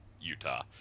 utah